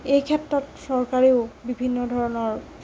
এই ক্ষেত্ৰত চৰকাৰেও বিভিন্নধৰণৰ